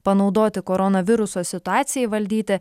panaudoti koronaviruso situacijai valdyti